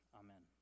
amen